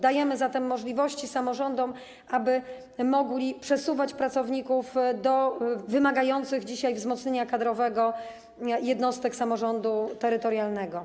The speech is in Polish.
Dajemy zatem możliwości samorządom, aby mogły przesuwać pracowników do wymagających dzisiaj wzmocnienia kadrowego jednostek samorządu terytorialnego.